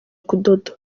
kudoda